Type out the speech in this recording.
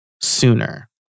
sooner